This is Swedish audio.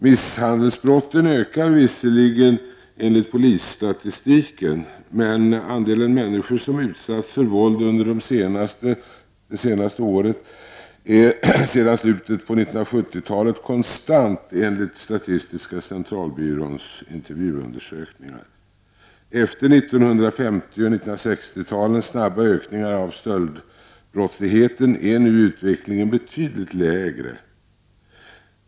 Misshandelsbrotten ökar visserligen enligt polisstatistiken, men andelen människor som utsatts för våld under det senaste året är sedan slutet av 1970-talet konstant enligt statistiska centralbyråns intervjuundersökningar. Efter 1950 och 1960-talens snabba ökningar av stöldbrottsligheten är nu utvecklingen betydligt lägre.